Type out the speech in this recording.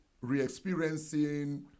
re-experiencing